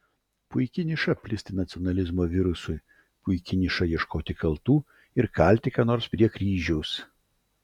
puiki niša plisti nacionalizmo virusui puiki niša ieškoti kaltų ir kalti ką nors prie kryžiaus